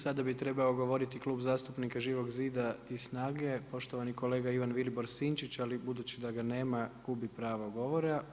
Sada bi trebao govoriti Klub zastupnika Živog zida i SNAGA-e, poštovani kolega Ivan Vilibor Sinčić, ali budući da ga nema, gubi pravo govora.